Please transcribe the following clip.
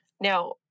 Now